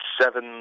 seven